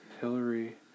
Hillary